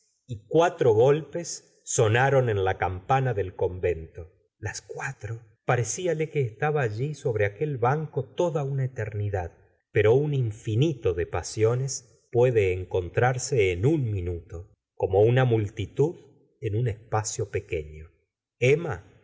y cuatro golpes sonaron en la campana del convento las cuatro parecíale que estaba allí sobre aquel ban co toda una eternidad pero un infinito de pasiones puede encontrarse en un minuto como una multitud en un espacio pequeño emma